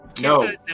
no